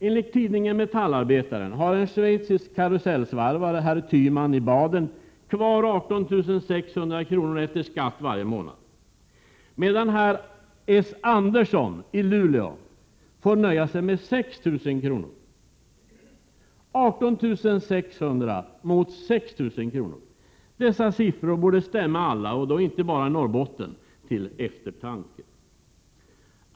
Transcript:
Enligt tidningen Metallarbetaren har en schweizisk karusellsvarvare, herr Tyman i Baden, kvar 18 600 efter skatt, medan herr S. Andersson i Luleå får nöja sig med 6 000. 18 600 mot 6 000 -— dessa siffror borde stämma alla, och då inte bara i Norrbotten, till eftertanke.